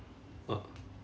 uh